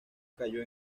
cayó